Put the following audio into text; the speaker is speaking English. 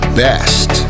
best